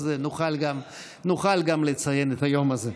ואז נוכל גם לציין את היום הזה.